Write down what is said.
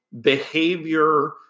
behavior